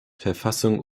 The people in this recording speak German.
verfassung